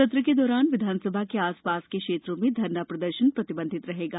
सत्र के दौरान विधानसभा के आसपास के क्षेत्रों में धरना प्रदर्शन प्रतिबंधित रहेगा